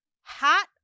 Hot